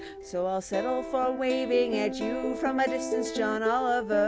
so i'll settle for waving at you from a distance. john oliver,